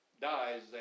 dies